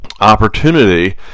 opportunity